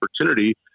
opportunity